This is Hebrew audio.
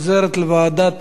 לוועדת העבודה,